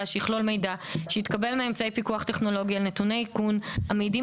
שיכלול מידע שהתקבל מאמצעי פיקוח טכנולוגי על נתוני איכון המעידים